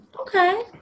okay